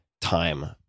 time